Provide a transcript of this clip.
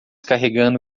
carregando